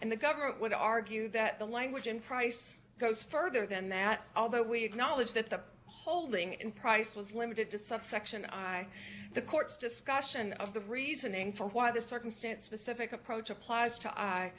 and the government would argue that the language in price goes further than that although we acknowledge that the holding in price was limited to subsection i the court's discussion of the reasoning for why this circumstance specific approach applies to